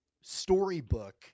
storybook